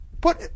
put